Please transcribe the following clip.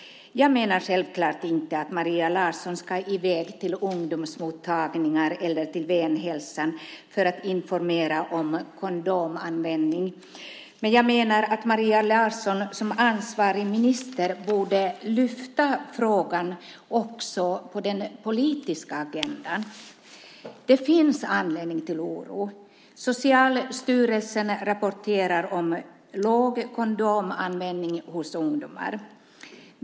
Jag menar självklart inte att Maria Larsson ska i väg till ungdomsmottagningar eller Venhälsan för att informera om kondomanvändning. Men jag menar att Maria Larsson som ansvarig minister borde lyfta upp frågan på den politiska agendan. Det finns anledning till oro. Socialstyrelsen rapporterar om liten kondomanvändning hos ungdomar.